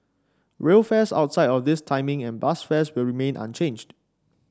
rail fares outside of this timing and bus fares will remain unchanged